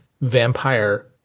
vampire